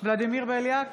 ולדימיר בליאק,